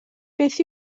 beth